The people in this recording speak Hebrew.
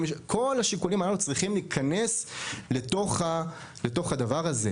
כל השיקולים הללו צריכים להיכנס לתוך הדבר הזה.